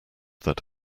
that